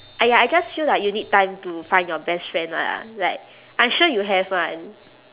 !aiya! I just feel like you need time to find your best friend lah like I'm sure you have [one]